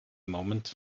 moment